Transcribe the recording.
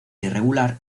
irregular